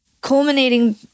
culminating